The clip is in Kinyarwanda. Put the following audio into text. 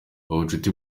ubucuti